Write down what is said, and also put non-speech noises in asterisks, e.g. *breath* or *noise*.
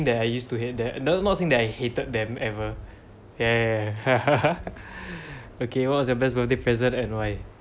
that I used to hate them not saying that I hated them ever ya ya ya *laughs* *breath* okay what was your best birthday present and why